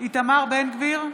איתמר בן גביר,